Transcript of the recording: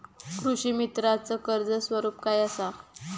कृषीमित्राच कर्ज स्वरूप काय असा?